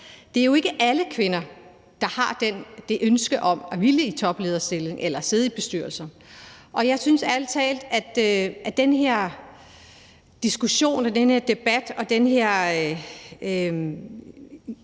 det er jo ikke alle kvinder, der har det ønske om at komme i toplederstillinger eller at sidde i bestyrelser. Og jeg synes ærlig talt ikke, at det, der er i den her debat, med en